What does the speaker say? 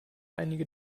einige